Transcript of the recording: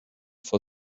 for